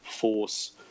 force